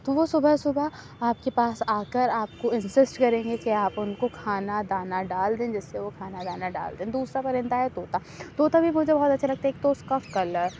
تو وہ صُبح صُبح آپ کے پاس آ کر آپ کو انسسٹ کریں گے کہ آپ اُن کو کھانا دانہ ڈال دیں جس سے وہ کھانا دانہ ڈال دیں دوسرا پرندہ ہے طوطا طوطا بھی مجھے بہت اچھا لگتے ہیں ایک تو اُس کا کلر